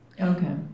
Okay